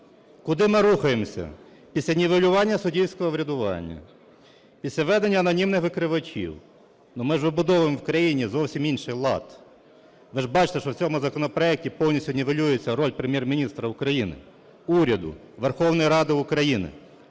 Куди ми рухаємося після нівелювання суддівського врядування, після введення анонімних викривачів? Ми ж вибудовуємо в країні зовсім інший лад! Ви ж бачите, що в цьому законопроекті повністю нівелюється роль Прем'єр-міністра України, уряду, Верховної Ради України.